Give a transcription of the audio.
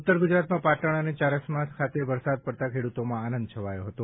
ઉત્તર ગુજરાતમાં પાટણ અને ચાણસ્મા ખાતે વરસાદ પડતા ખેડૂતોમાં આનંદ છવાયો હતો